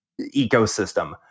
ecosystem